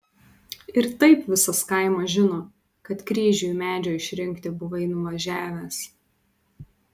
ir taip visas kaimas žino kad kryžiui medžio išrinkti buvai nuvažiavęs